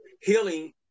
Healing